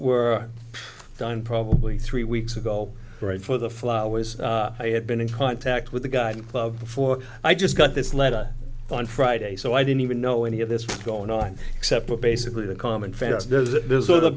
were done probably three weeks ago right for the flyways i had been in contact with the guy club before i just got this letter on friday so i didn't even know any of this going on except for basically the common facts does th